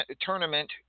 tournament